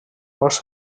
cos